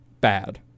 Bad